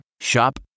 Shop